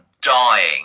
dying